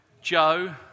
Joe